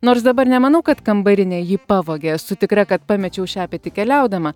nors dabar nemanau kad kambarinė jį pavogė esu tikra kad pamečiau šepetį keliaudama